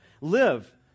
live